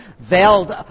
veiled